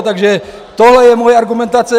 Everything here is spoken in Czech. Takže tohle je moje argumentace.